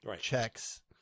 checks